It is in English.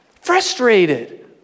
Frustrated